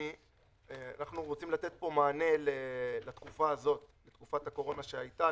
רוצים לתת מענה לתקופת הקורונה שהייתה,